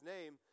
name